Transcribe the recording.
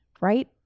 right